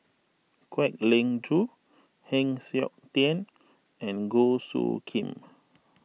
Kwek Leng Joo Heng Siok Tian and Goh Soo Khim